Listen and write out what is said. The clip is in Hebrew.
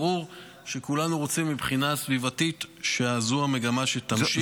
ברור שמבחינה סביבתית כולנו רוצים שהמגמה הזאת תמשיך.